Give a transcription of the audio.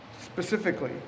specifically